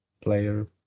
player